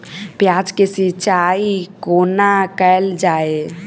प्याज केँ सिचाई कोना कैल जाए?